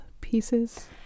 pieces